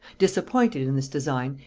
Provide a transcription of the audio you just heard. disappointed in this design,